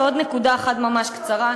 ועוד נקודה אחת ממש בקצרה,